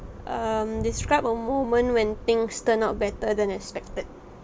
um describe a moment when things turn out better than expected